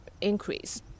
increase